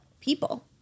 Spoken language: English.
people